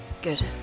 Good